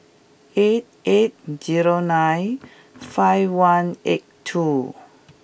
eight eight zero nine five one eight two